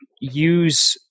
use